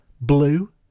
Blue